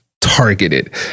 Targeted